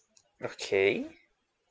okay